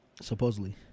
Supposedly